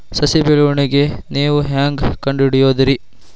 ಸಸಿ ಬೆಳವಣಿಗೆ ನೇವು ಹ್ಯಾಂಗ ಕಂಡುಹಿಡಿಯೋದರಿ?